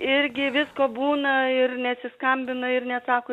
irgi visko būna ir nesiskambina ir neatsako